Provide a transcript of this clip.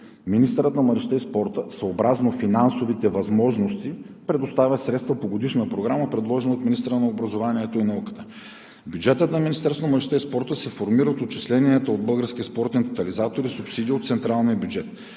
„Министърът на младежта и спорта съобразно финансовите възможности предоставя средства по годишна програма, предложена от министъра на образованието и науката.“ Бюджетът на Министерството на младежта и спорта се формира от отчисленията от Българския спортен тотализатор и субсидия от централния бюджет.